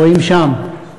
רואים שם.